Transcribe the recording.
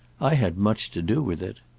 i had much to do with it.